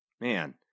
man